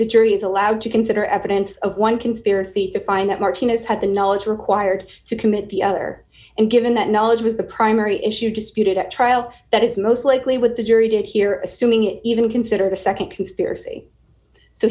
the jury is allowed to consider evidence of one conspiracy to find that martina's had the knowledge required to commit the other and given that knowledge was the primary issue disputed at trial that is most likely with the jury did hear assuming it even considered a nd conspiracy so